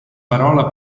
parola